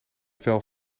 vel